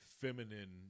feminine